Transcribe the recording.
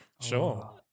Sure